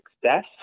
success